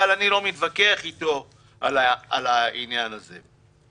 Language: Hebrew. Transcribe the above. אבל אני לא מתווכח איתו על העניין הזה.